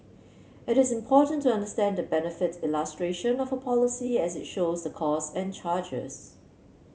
it is important to understand the benefits illustration of a policy as it shows the costs and charges